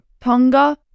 Tonga